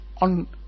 on